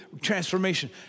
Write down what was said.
transformation